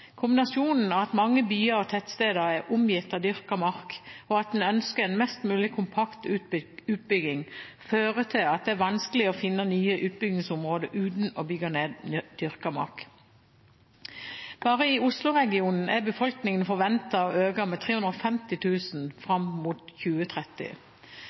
Kombinasjonen av at mange byer og tettsteder er omgitt av dyrka mark og at en ønsker en mest mulig kompakt utbygging, fører til at det er vanskelig å finne nye utbyggingsområder uten å bygge ned dyrka mark. Bare i Osloregionen er befolkningen forventet å øke med 350 000 fram mot 2030.